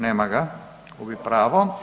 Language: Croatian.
Nema ga, gubi pravo.